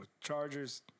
Chargers